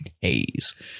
Haze